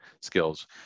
skills